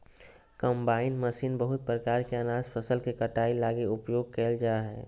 combine machine बहुत प्रकार के अनाज फसल के कटाई लगी उपयोग कयल जा हइ